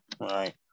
right